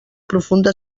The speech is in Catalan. profunda